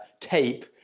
tape